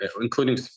including